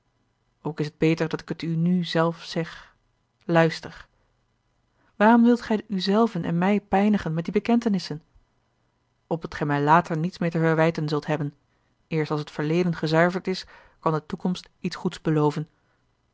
ook is t beter als ik het u nu zelf zeg luister waarom wilt gij u zelven en mij pijnigen met die bekentenissen opdat gij mij later niets meer te verwijten zult hebben eerst als het verleden gezuiverd is kan de toekomst iets goeds beloven